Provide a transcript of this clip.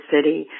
City